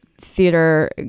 theater